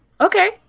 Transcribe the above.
Okay